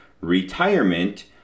retirement